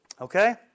Okay